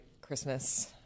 christmas